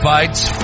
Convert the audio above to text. Fights